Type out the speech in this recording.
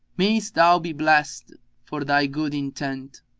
mayst thou be blessed for thy good intent.